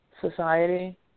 society